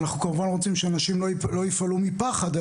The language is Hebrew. אנחנו כמובן רוצים שאנשים לא יפעלו מפחד,